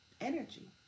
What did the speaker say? energy